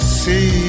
see